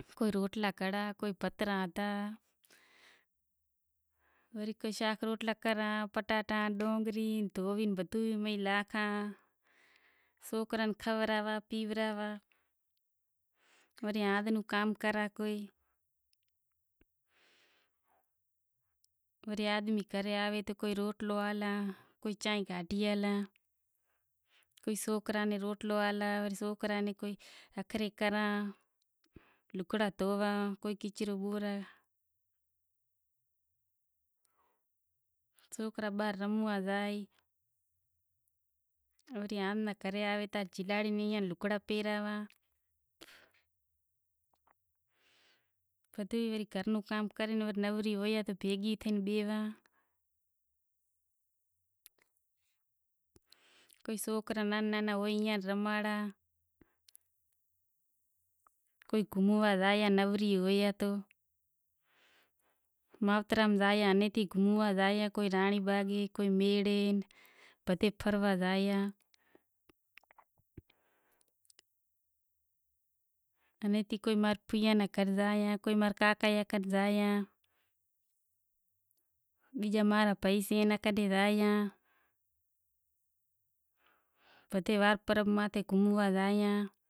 سوکرا ماں را مستی کریں سیں۔ ماں رو ڈیرانڑی جیٹھانڑی سے ماں ری ننڑند سے کانہوڑا ماتھے آوے ڈیواڑی ماتھے آوے گھوموا زائے امیں رانڑی باغ گھوموا زایاں حیدرٓباد ماں را سوکراں ناں شوق سے گھوموا نو ماں ری سوکری اسکوہل زائیشے ماں نیں جیٹھانڑی بھی سوکرو پرنڑایو سے ماں رو ڈیرانڑی جیٹھانڑی سے ماں ری ننڑند سے کانہوڑا ماتھے آوے ڈیواڑی ماتھے آوے گھوموا زائے امیں رانڑی باغ گھوموا زایاں حیدرٓباد ماں را سوکراں ناں شوق سے گھوموا نو ماں ری سوکری اسکوہل زائیشے